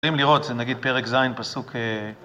יכולים לראות, נגיד פרק ז', פסוק...